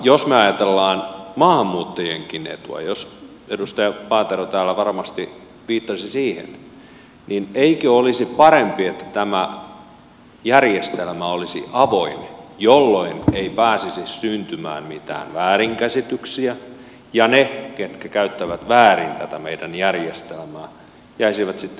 jos me ajattelemme maahanmuuttajienkin etua edustaja paatero täällä varmasti viittasi siihen niin eikö olisi parempi että tämä järjestelmä olisi avoin jolloin ei pääsisi syntymään mitään väärinkäsityksiä ja ne ketkä käyttävät väärin tätä meidän järjestelmää jäisivät sitten kiinni siitä